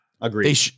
agreed